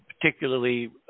particularly